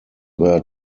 were